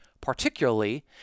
particularly